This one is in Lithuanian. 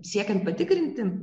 siekiant patikrinti